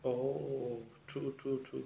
oh true true true